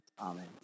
amen